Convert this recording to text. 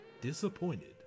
disappointed